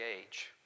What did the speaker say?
age